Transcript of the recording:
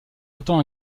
autant